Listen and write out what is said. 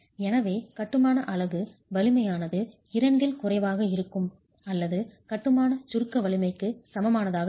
எனவே கட்டுமான அலகு வலிமையானது 2 இல் குறைவாக இருக்கும் அல்லது கட்டுமான சுருக்க வலிமைக்கு சமமானதாக இருக்கும்